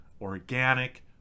organic